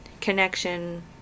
connection